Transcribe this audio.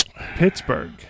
Pittsburgh